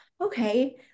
okay